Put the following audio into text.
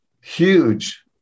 huge